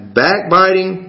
backbiting